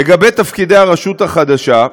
לגבי תפקידי הרשות החדשה,